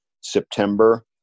September